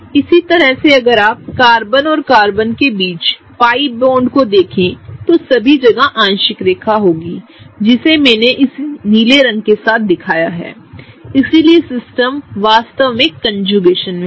उसी तरह अगर आप कार्बन और कार्बन के बीच पाई बॉन्ड को देखें तो सभी जगह आंशिक रेखा होगी जिसे मैंनेइस नीले रंग के साथ दिखाया है इसलिए सिस्टम वास्तव में कंजुगेशन में है